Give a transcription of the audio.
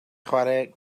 chwarae